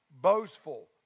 boastful